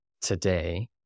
today